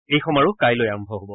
এই সমাৰোহ কাইলৈ আৰম্ভ হ'ব